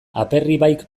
aperribaik